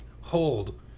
hold